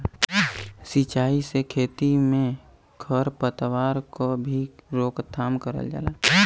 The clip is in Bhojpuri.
सिंचाई से खेती में खर पतवार क भी रोकथाम करल जाला